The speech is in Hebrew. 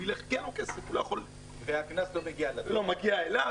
והקנס לא מגיע אליו,